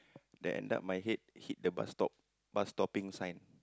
then end up my head hit the bus stop bus stopping sign